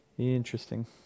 interesting